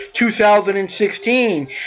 2016